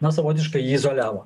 na savotiškai jį izoliavo